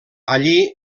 allí